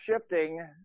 shifting